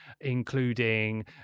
including